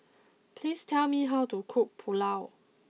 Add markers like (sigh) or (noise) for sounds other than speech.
(noise) please tell me how to cook Pulao